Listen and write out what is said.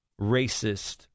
racist